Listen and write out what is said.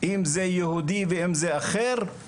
אם זה יהודי ואם זה אחר,